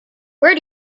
where